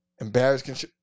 Embarrassed